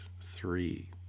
three